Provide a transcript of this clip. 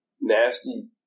nasty